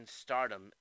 stardom